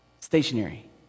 stationary